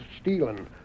stealing